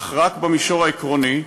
אך רק במישור העקרוני.